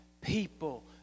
people